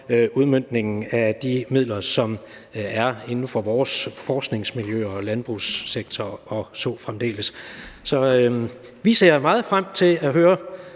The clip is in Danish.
udmøntningen af de midler, som er inden for vores forskningsmiljøer og landbrugssektor og så fremdeles. Vi ser meget frem til at høre